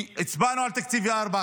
כי הצבענו על תקציב 2024,